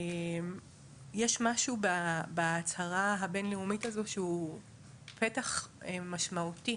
יש משהו בהצהרה הבין-לאומית הזו שהוא פתח משמעותי